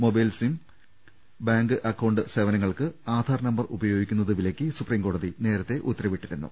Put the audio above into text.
mobile SIM bank account സേവനങ്ങൾക്ക് Aadhaar number ഉപയോഗിക്കുന്നത് വിലക്കി സുപ്രീം കോടതി നേരത്തെ ഉത്തരവിട്ടിരുന്നു